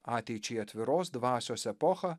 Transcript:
ateičiai atviros dvasios epochą